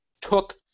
took